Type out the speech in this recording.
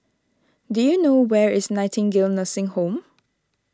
do you know where is Nightingale Nursing Home